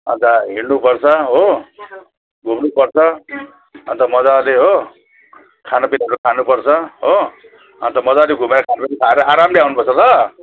अनि त हिँड्नुपर्छ हो घुम्नुपर्छ अनि त मजाले हो खानापिनाहरू खानुपर्छ हो अनि त मजाले घुमेर खाना पनि खाएर आरामले आउनुपर्छ ल